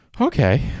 okay